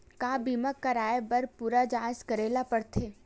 का बीमा कराए बर पूरा जांच करेला पड़थे?